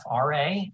FRA